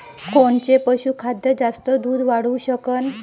कोनचं पशुखाद्य जास्त दुध वाढवू शकन?